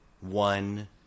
one